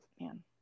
man